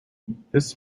this